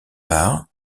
part